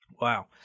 wow